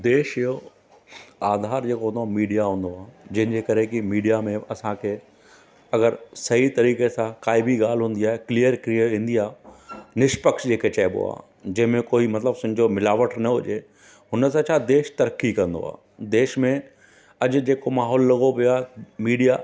देश जो आधारु जेको हूंदो आहे मीडिया हूंदो आहे जंहिंजे करे की मीडिया में असांखे अगरि सही तरीक़े सां काई बि ॻाल्हि हूंदी आहे क्लिअर क्लिअर ईंदी आहे निशपक्ष जेके चइबो आहे जंहिं में कोई मतिलबु सम्झो मिलावट न हुजे हुन सां छा देश तरक़ी कंदो आहे देश में अॼु जेको माहोल लॻो पियो आहे मीडिया